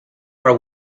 are